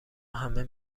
همه